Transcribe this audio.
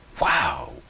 wow